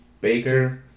Baker